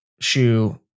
shoe